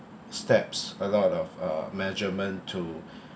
steps a lot of uh measurement to